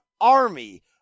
army